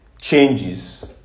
changes